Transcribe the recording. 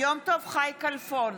חי כלפון,